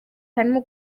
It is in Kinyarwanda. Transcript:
harimo